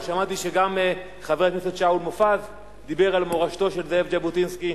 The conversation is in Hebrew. אבל שמעתי שגם חבר הכנסת שאול מופז דיבר על מורשתו של זאב ז'בוטינסקי,